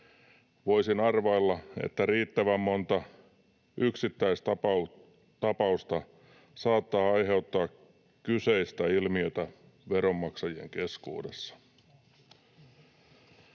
Voisin arvailla, että riittävän monta yksittäistapausta saattaa aiheuttaa kyseistä ilmiötä veronmaksajien keskuudessa.